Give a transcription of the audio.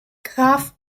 graf